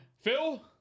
Phil